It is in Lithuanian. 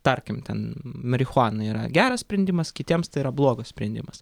tarkim ten marihuaną yra geras sprendimas kitiems tai yra blogas sprendimas